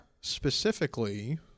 Specifically